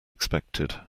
expected